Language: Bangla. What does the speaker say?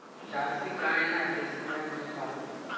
জার্সি গাই না দেশী গাইয়ের দুধ ভালো?